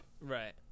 Right